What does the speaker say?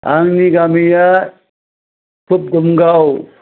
आंनि गामिया फुब दमगाव